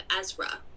Ezra